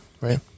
right